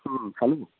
হুম hello